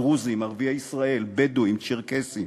דרוזים, ערביי ישראל, בדואים, צ'רקסים,